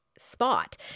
spot